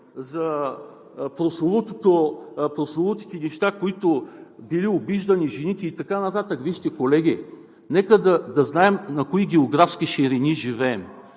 за прословутите неща, с които били обиждани жените и така нататък – вижте, колеги, нека да знаем на кои географски ширини живеем.